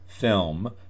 film